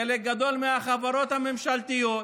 חלק גדול מהחברות הממשלתיות,